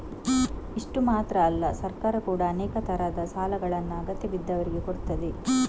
ಇಷ್ಟು ಮಾತ್ರ ಅಲ್ಲ ಸರ್ಕಾರ ಕೂಡಾ ಅನೇಕ ತರದ ಸಾಲಗಳನ್ನ ಅಗತ್ಯ ಬಿದ್ದವ್ರಿಗೆ ಕೊಡ್ತದೆ